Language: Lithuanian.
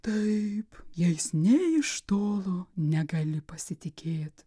taip jais nė iš tolo negali pasitikėt